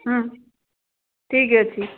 ହୁଁ ଠିକ୍ ଅଛି